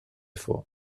vor